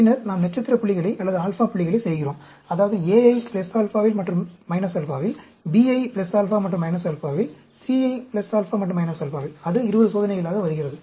பின்னர் நாம் நட்சத்திர புள்ளிகளை அல்லது α புள்ளிகளை α points செய்கிறோம் அதாவது A யை α மற்றும் - α வில் B யை α மற்றும் - α வில் C யை α மற்றும் - α வில் அது 20 சோதனைகளாக வருகிறது